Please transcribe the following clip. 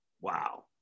Wow